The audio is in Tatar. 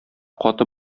каты